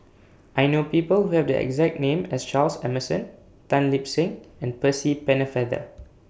I know People Who Have The exact name as Charles Emmerson Tan Lip Seng and Percy Pennefather